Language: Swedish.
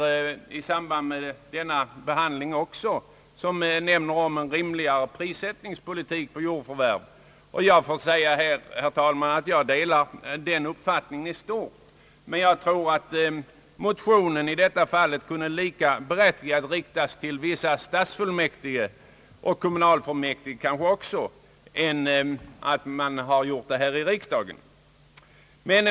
Det föreligger en annan motion här, som talar om en rimligare prissättningspolitik på jordförvärv. Jag delar den motionens uppfattning, men jag tror att denna motion lika gärna hade kunnat riktas till vissa stadsfullmäktige och kommunalfullmäktige som till riksdagen.